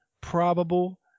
probable